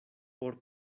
por